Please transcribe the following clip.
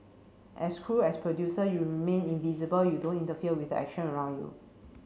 as crew as producer you remain invisible you don't interfere with the action around you